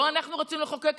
לא אנחנו רצינו לחוקק,